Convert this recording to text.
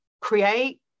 create